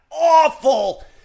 awful